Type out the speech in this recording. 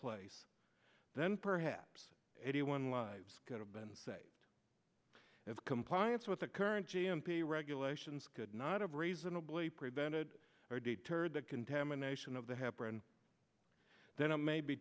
place then perhaps eighty one lives could have been say of compliance with the current g m p regulations could not have reasonably prevented or deterred the contamination of the happier and that it may be